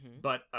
but-